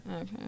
okay